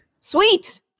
Sweet